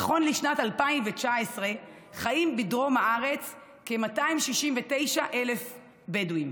נכון לשנת 2019 חיים בדרום הארץ כ-269,000 בדואים,